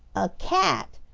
a cat!